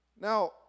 Now